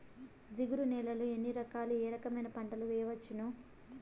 జిగురు నేలలు ఎన్ని రకాలు ఏ రకమైన పంటలు వేయవచ్చును?